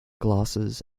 glasses